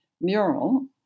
mural